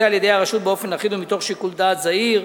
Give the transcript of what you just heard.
על-ידי הרשות באופן אחיד ומתוך שיקול דעת זהיר.